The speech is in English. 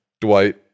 Dwight